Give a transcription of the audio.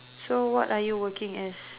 so what are you working as